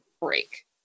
break